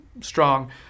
strong